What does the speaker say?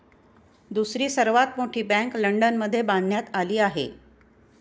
दुसरी सर्वात मोठी बँक लंडनमध्ये बांधण्यात आली आहे